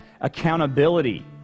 accountability